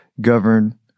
govern